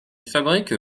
fabrique